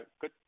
good